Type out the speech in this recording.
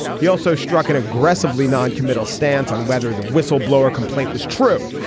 he also struck an aggressively noncommittal stance on whether the whistleblower complaint was true.